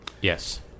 Yes